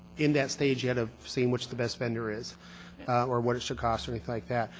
in that stage yet of seeing which the best vendor is or what is should cost or anything like that.